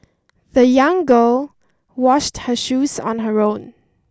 the young girl washed her shoes on her own